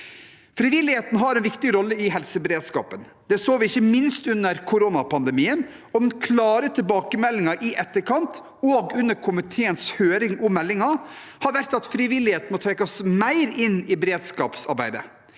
Frivilligheten har en viktig rolle i helseberedskapen. Det så vi ikke minst under koronapandemien. Den klare tilbakemeldingen i etterkant og under komiteens høring om meldingen har vært at frivilligheten må trekkes mer inn i beredskapsarbeidet.